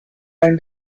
own